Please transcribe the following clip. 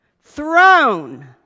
Throne